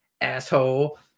asshole